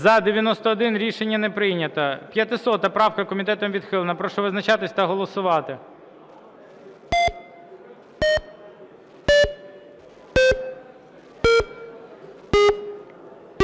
За-91 Рішення не прийнято. 500 правка, комітетом відхилена. Прошу визначатись та голосувати.